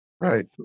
Right